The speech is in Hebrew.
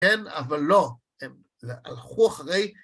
כן, אבל לא, הם הלכו אחרי.